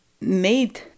made